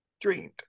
dreamed